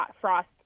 Frost